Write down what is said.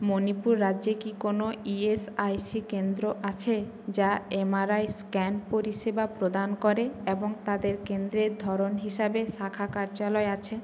মণিপুর রাজ্যে কি কোনো ই এস আই সি কেন্দ্র আছে যা এম আর আই স্ক্যান পরিষেবা প্রদান করে এবং তাদের কেন্দ্রের ধরন হিসাবে শাখা কার্যালয় আছে